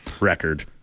record